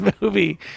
movie